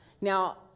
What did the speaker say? now